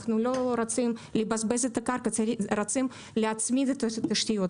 אנחנו לא רוצים לבזבז את הקרקע אלא רוצים להצמיד את התשתיות,